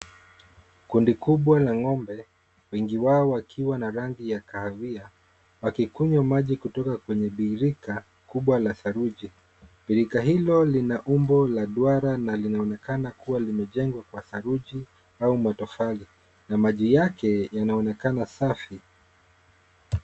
Kundi kubwa la ng'ombe, wengi wao wakiwa na rangi ya kahawia wakikunywa maji kutoka kwenye birika kubwa la saruji. Birika hilo lina umbo la duara na linaonakana kuwa limejengwa kwa saruji au matofali na maji yake yanaonekana safi.